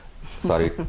Sorry